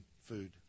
food